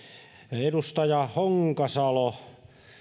edustaja honkasalo